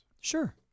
Sure